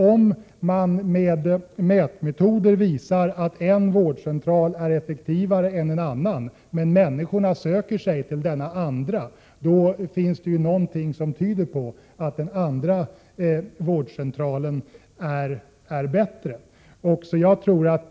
Om en mätmetod visar att en viss vårdcentral är effektivare än en annan men människor ändå söker sig till denna andra vårdcentral, tyder något på att den är bättre.